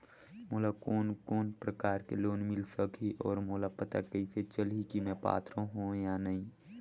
मोला कोन कोन प्रकार के लोन मिल सकही और मोला पता कइसे चलही की मैं पात्र हों या नहीं?